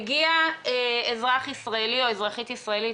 הגיע אזרח ישראלי או אזרחית ישראלית,